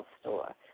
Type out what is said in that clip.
store